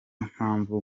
mpamvu